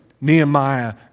Nehemiah